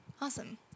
Awesome